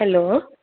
hello